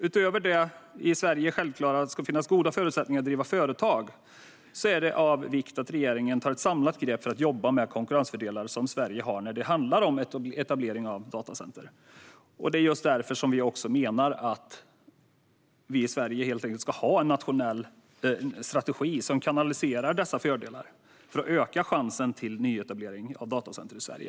Utöver att det i Sverige självklart ska finnas goda förutsättningar för att driva företag är det av vikt att regeringen tar ett samlat grepp för att jobba med de konkurrensfördelar som Sverige har när det handlar om etableringar av datacenter. Det är därför vi menar att Sverige ska ha en nationell strategi som kanaliserar dessa fördelar för att öka chanserna till nyetablering av datacenter i Sverige.